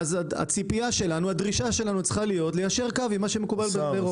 הדרישה שלנו צריכה להיות ליישר קו עם מה שמקובל באירופה.